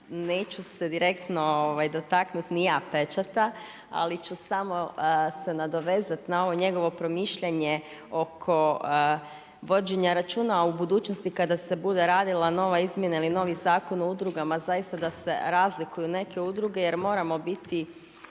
neću se direktno dotaknuti ni ja pečata, ali ću samo se nadovezati na ovo njegovo promišljanje oko vođenje računa. U budućnosti kada se bude radila nova izmjena ili novi Zakon o udrugama, zaista da se razlikuju neke udruge, jer moramo biti